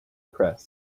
press